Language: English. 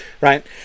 right